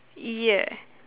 yeah